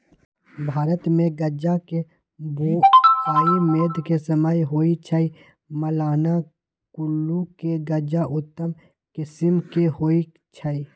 भारतमे गजा के बोआइ मेघ के समय होइ छइ, मलाना कुल्लू के गजा उत्तम किसिम के होइ छइ